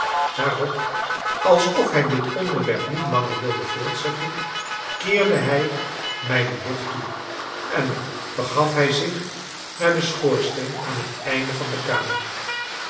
daarop alsof hij dit onderwerp niet langer wilde voortzetten keerde hij mij den rug toe en begaf hij zich naar den schoorsteen aan het einde van de kamer